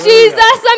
Jesus